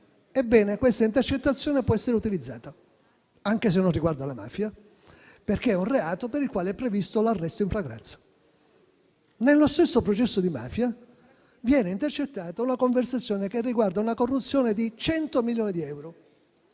Ebbene, questa intercettazione può essere utilizzata, anche se non riguarda reati di mafia, perché si tratta di un reato per il quale è previsto l'arresto in flagranza. Nello stesso processo di mafia, se viene intercettata una conversazione che riguarda una corruzione per 100 milioni di euro,